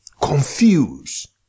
confused